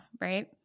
right